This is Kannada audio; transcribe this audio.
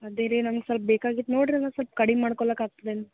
ಅದೇ ರೀ ನಮ್ಗೆ ಸ್ವಲ್ಪ ಬೇಕಾಗಿತ್ತು ನೋಡಿರಿ ಅಲ ಸ್ವಲ್ಪ ಕಡಿಮೆ ಮಾಡ್ಕೊಳ್ಳೋಕೆ ಆಗ್ತದೇನು